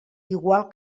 igual